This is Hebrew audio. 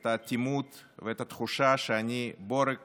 את האטימות ואת התחושה שאני בורג